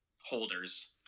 holders